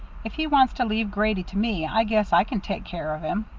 if he wants to leave grady to me, i guess i can take care of him.